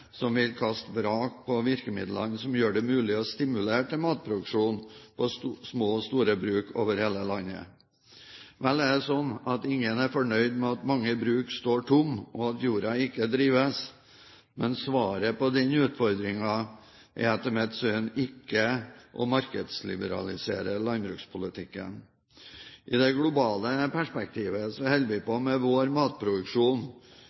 som vil kaste vrak på virkemidlene som gjør det mulig å stimulere til matproduksjon på små og store bruk over hele landet. Vel er det sånn at ingen er fornøyd med at mange bruk står tomme, og at jorda ikke drives, men svaret på denne utfordringen er etter mitt syn ikke å markedsliberalisere landbrukspolitikken. I det globale perspektivet holder vi